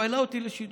הוא העלה אותי לשידור.